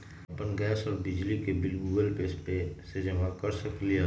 अपन गैस और बिजली के बिल गूगल पे से जमा कर सकलीहल?